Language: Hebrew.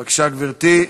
בבקשה, גברתי.